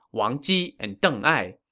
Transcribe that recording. wang ji, and deng ai.